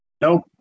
Nope